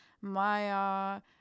Maya